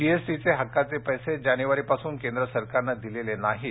जीएसटीचे हक्काचे पैसे जानेवारीपासून केंद्र सरकारने दिलेले नाहीत